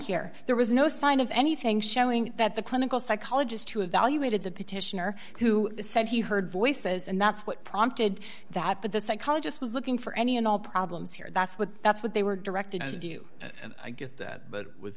here there was no sign of anything showing that the clinical psychologist who evaluated the petitioner who said he heard voices and that's what prompted that but the psychologist was looking for any and all problems here that's what that's what they were directed to do and i get that but with